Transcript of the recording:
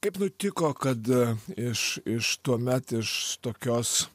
kaip nutiko kad iš iš tuomet iš tokios